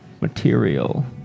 material